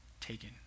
taken